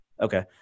Okay